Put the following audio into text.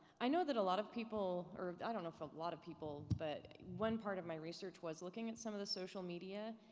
i know that a lot of people, or i don't know if a lot of people, but one part of my research was looking at some of the social media,